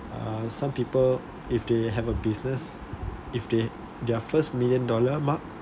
uh some people if they have a business if they their first million dollar mark